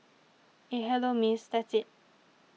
eh hello Miss that's it